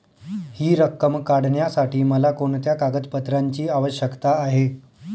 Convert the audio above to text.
हि रक्कम काढण्यासाठी मला कोणत्या कागदपत्रांची आवश्यकता आहे?